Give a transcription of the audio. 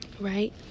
Right